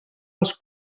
els